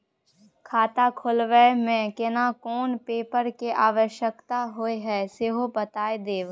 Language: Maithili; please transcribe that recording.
खाता खोलैबय में केना कोन पेपर के आवश्यकता होए हैं सेहो बता देब?